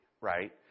right